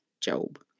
Job